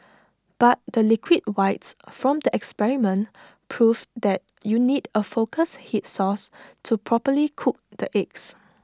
but the liquid whites from the experiment proved that you need A focused heat source to properly cook the eggs